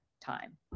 time